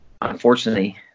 unfortunately